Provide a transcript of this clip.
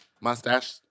Mustache